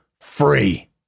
free